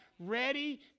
Ready